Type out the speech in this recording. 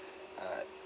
uh